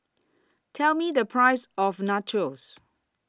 Tell Me The Price of Nachos